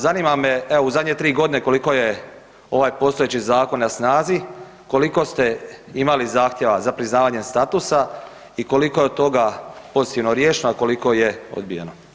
Zanima me, evo u zadnje 3 godine koliko je ovaj postojeći zakon na snazi, koliko ste imali zahtjeva za priznavanje statusa i koliko je od toga pozitivno riješeno, a koliko je odbijeno?